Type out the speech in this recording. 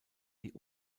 die